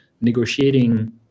negotiating